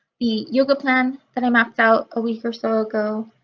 the yoga plan that i mapped out a week or so ago,